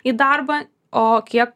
į darbą o kiek